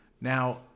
Now